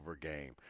game